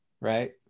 right